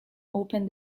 open